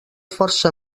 força